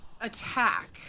attack